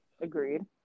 Agreed